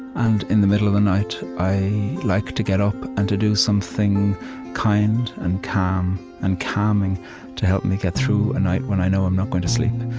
and in the middle of the night, i like to get up and to do something kind and calm and calming to help me get through a night when i know i'm not going to sleep.